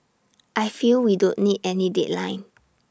I feel we don't need any deadline